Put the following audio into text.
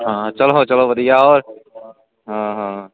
ਹਾਂ ਚਲੋ ਵਧੀਆ ਹੋਰ ਹਾਂ ਹਾਂ